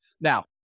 Now